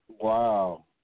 Wow